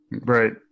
Right